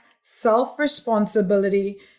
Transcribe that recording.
self-responsibility